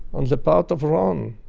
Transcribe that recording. on the part of ron,